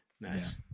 Nice